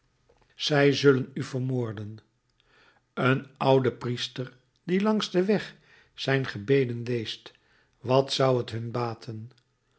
zij zullen u vermoorden een ouden priester die langs den weg zijn gebeden leest wat zou t hun baten